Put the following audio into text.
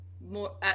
more